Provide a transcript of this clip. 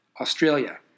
Australia